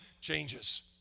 changes